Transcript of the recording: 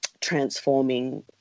transforming